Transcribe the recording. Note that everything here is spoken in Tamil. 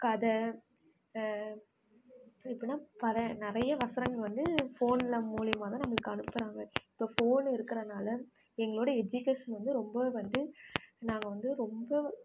கதை எப்புடின்னா பல நிறைய வசனங்கள் வந்து ஃபோனில் மூலிமா தான் நம்மளுக்கு அனுப்புறாங்க இப்போ ஃபோன் இருக்கிறனால எங்களோடய எஜிகேஷன் வந்து ரொம்ப வந்து நாங்கள் வந்து ரொம்ப